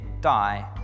die